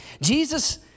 Jesus